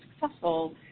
successful